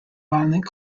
violent